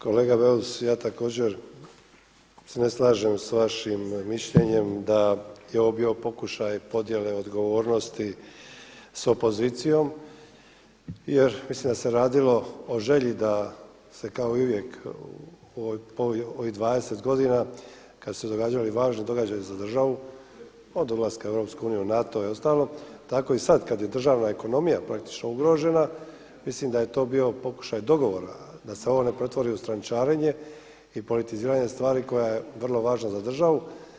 Kolega BEus, ja također se ne slažem s vašim mišljenjem da je ovo bio pokušaj podjele odgovornosti s opozicijom jer mislim da se radilo o želji da se kao i uvijek u ovih 20 godina kada su se događali važni događaji za državu od dolaska u EU, NATO i ostali tako i sada kada je državne ekonomije praktično ugrožena mislim da je to bio pokušaj dogovora da se ovo ne pretvori u strančarenje i politiziranje stvari koja je vrlo važna za državu.